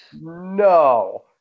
No